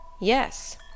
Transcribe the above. Yes